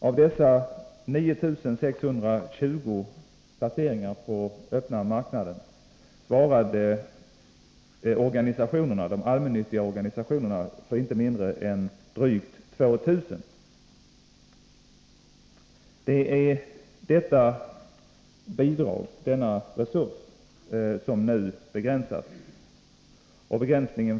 Av dessa 9620 placeringar på den öppna marknaden svarade de allmännyttiga organisationerna för inte mindre än drygt 2000. Denna resurs skall nu begränsas.